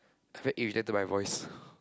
I very irritated by my voice